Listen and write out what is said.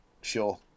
Sure